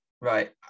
Right